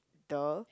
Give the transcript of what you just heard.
the